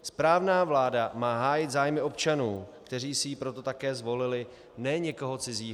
Správná vláda má hájit zájmy občanů, kteří si ji proto také zvolili, ne někoho cizího.